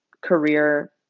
career